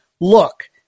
look